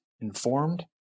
informed